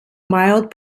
mild